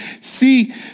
See